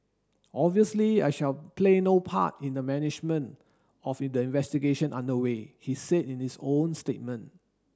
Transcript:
obviously I shall play no part in the management of in the investigation under way he said in his own statement